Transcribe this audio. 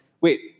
wait